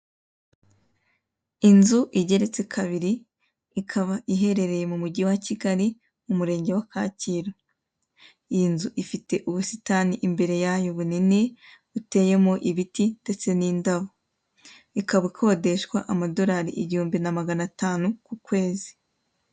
Inzu igeretse kabiri, ikaba iherereye mu mujyi wa Kigali umurenge wa Kacyiru, iyi nzu ifite ubusitani imbere yayo bunini, buteyemo ibiti ndetse n'indabo ikaba ikodeshwa amadorari igihumbi na magana atanu ku kwezi.